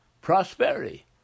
prosperity